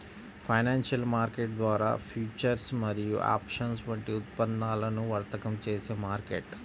financial market ద్వారా futures మరియు options వంటి ఉత్పన్నాలను వర్తకం చేసే మార్కెట్